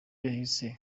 yahise